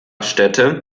stätte